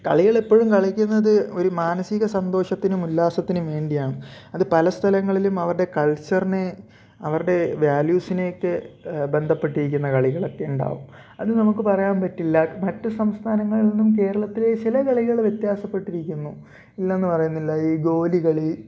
കളികൾ ഇപ്പോഴും കളിക്കുന്നത് ഒരു മാനസിക സന്തോഷത്തിനും ഉല്ലാസത്തിനും വേണ്ടിയാണ് അത് പലസ്ഥലങ്ങളിലും അവരുടെ കൾച്ചറിനെ അവരുടെ വാല്യൂസിനെയൊക്കെ ബന്ധപ്പെട്ടിരിക്കുന്ന കളികളൊക്കെ ഉണ്ടാകും അത് നമുക്ക് പറയാൻ പറ്റില്ല മറ്റ് സംസ്ഥാനങ്ങളിൽ നിന്നും കേരളത്തിലെ ചില കളികൾ വ്യത്യാസപ്പെട്ടിരിക്കുന്നു ഇല്ലെന്ന് പറയുന്നില്ല ഈ ഗോലി കളി